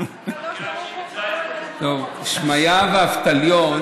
שמעיה ואבטליון,